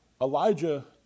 Elijah